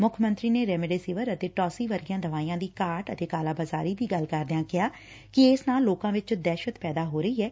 ਮੁੱਖ ਮੰਤਰੀ ਨੇ ਰੇਮਡੇਸਿਵਰ ਅਤੇ ਟੋਸੀ ਵਰਗੀਆਂ ਦਵਾਈਆਂ ਦੀ ਘਾਟ ਅਤੇ ਕਾਲਾਬਾਜ਼ਾਰੀ ਦੀ ਗੱਲ ਕਰਦਿਆਂ ਕਿਹਾ ਕਿ ਇਸ ਨਾਲ ਲੋਕਾਂ ਵਿਚ ਦਹਿਸ਼ਤ ਪੈਦਾ ਹੋ ਰਹੀ ਐ